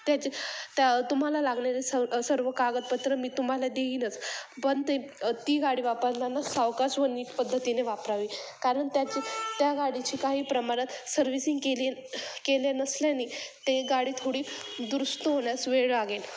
त्याचे त्या तुम्हाला लागणारे सर् सर्व कागदपत्र मी तुम्हाला देईनच पण ते ती गाडी वापरताना सावकाश व नीट पद्धतीने वापरावी कारण त्याची त्या गाडीची काही प्रमाणात सर्व्हिसिंग केली केली नसल्याने ते गाडी थोडी दुरुस्त होण्यास वेळ लागेल